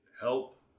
help